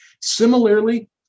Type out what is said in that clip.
Similarly